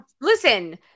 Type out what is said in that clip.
Listen